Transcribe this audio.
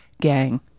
Gang